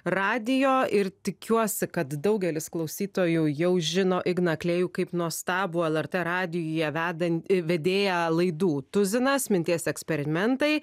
radijo ir tikiuosi kad daugelis klausytojų jau žinoigną klėju kaip nuostabų lrt radijuje vedanti vedėja laidų tuzinas minties eksperimentai